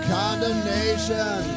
condemnation